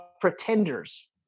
pretenders